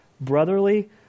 brotherly